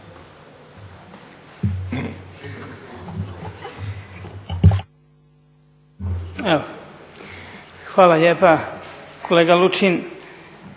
Hvala lijepa. Kolega Mariću